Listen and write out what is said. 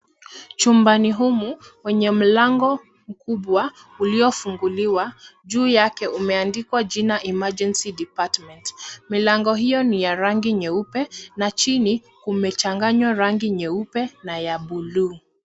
Chumbani humu kwenye mlango mkubwa uliofunguliwa. Juu yake umeandikwa jina, Emergency Department. Milango hiyo ni ya rangi nyeupe, na chini kumechanganywa rangi nyeupe na ya buluu.